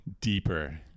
deeper